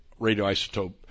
radioisotope